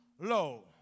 low